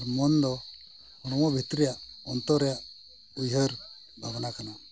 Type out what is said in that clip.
ᱢᱚᱱ ᱫᱚ ᱦᱚᱲᱢᱚ ᱵᱷᱤᱛᱤᱨ ᱨᱮᱭᱟᱜ ᱚᱱᱛᱚᱨ ᱨᱮᱭᱟᱜ ᱩᱭᱦᱟᱹᱨ ᱵᱷᱟᱵᱽᱱᱟ ᱠᱟᱱᱟ